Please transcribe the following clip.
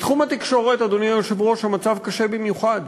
בתחום התקשורת, אדוני היושב-ראש, המצב קשה במיוחד.